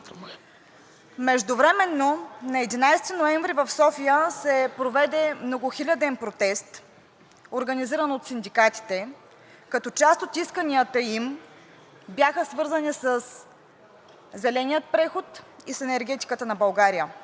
Междувременно на 11 ноември в София се проведе многохиляден протест, организиран от синдикатите, като част от исканията им бяха свързани със зеления преход и с енергетиката на България.